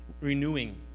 renewing